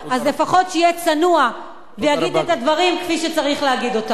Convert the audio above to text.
אז לפחות שיהיה צנוע ויגיד את הדברים כפי שצריך להגיד אותם.